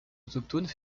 autochtones